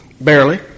Barely